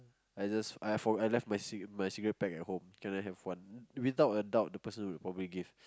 I just I for I left my cigarette my cigarette pack at home can I have one without a doubt the person would probably give